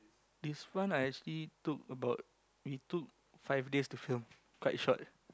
this one I actually took about it took five days to film quite short